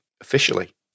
officially